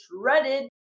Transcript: shredded